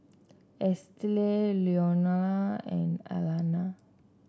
Estelle Leonel and Alanna